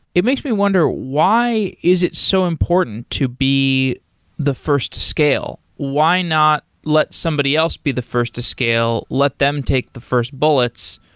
it makes me wonder why is it so important to be the first scale. why not let somebody else be the first to scale? let them take the first bullets,